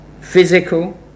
physical